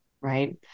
right